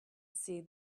see